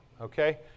Okay